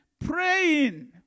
praying